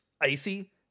icy